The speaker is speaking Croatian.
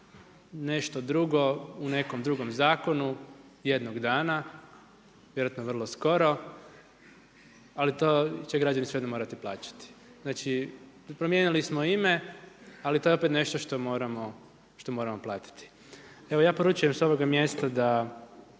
nešto drugo u nekom drugom zakonu jednog dana, vjerojatno vrlo skoro ali to će građani svejedno morati plaćati. Znači promijenili smo ime, ali to je opet nešto što moramo platiti. Evo ja poručujem s ovog mjesta da